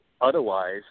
Otherwise